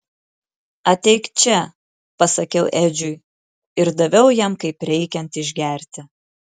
ateik čia pasakiau edžiui ir daviau jam kaip reikiant išgerti